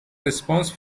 response